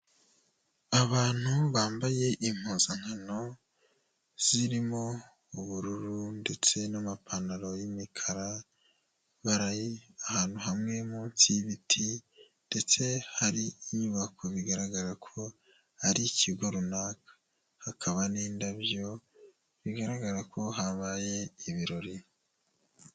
Abantu bambaye impuzankano zirimo ubururu ndetse n'amapantaro y'imikara. Bari ahantu hamwe munsi y'ibiti ndetse hari inyubako, bigaragara ko hari ikigo runaka hakaba n'indabyo bigaragara ko habaye ibirori.